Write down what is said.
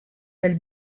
del